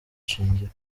ishingiro